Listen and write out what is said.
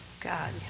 God